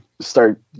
start